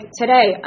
today